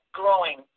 growing